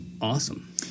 awesome